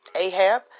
Ahab